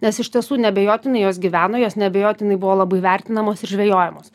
nes iš tiesų neabejotinai jos gyveno jos neabejotinai buvo labai vertinamos ir žvejojamos